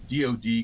dod